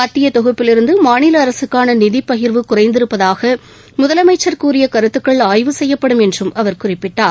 மத்திய தொகுப்பிலிருந்து மாநில அரசுக்கான நிதிப் பகிா்வு குறைந்திருப்பதாக முதலமைச்சள் கூறிய கருத்துக்கள் ஆய்வு செய்யப்படும் என்றும் அவர் குறிப்பிட்டார்